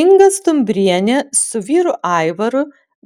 inga stumbrienė su vyru aivaru